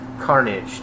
carnage